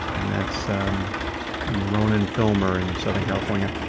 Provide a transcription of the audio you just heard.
and that's um from ronin filmer in southern california.